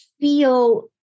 feel